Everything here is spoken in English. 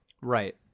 right